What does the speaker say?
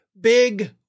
big